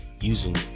using